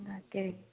তাকে